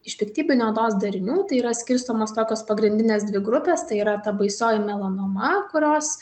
iš piktybinių odos darinių tai yra skirstomos tokios pagrindinės dvi grupės tai yra ta baisioji melanoma kurios